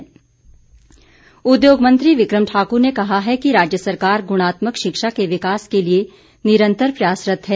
बिक्रम ठाक्र उद्योग मंत्री बिक्रम ठाकर ने कहा है कि राज्य सरकार गुणात्मक शिक्षा के विकास के लिए निरंतर प्रयासरत है